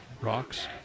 Rocks